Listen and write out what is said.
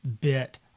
bit